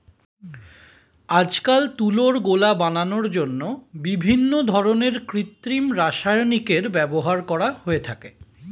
আজকাল তুলোর গোলা বানানোর জন্য বিভিন্ন ধরনের কৃত্রিম রাসায়নিকের ব্যবহার করা হয়ে থাকে